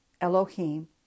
Elohim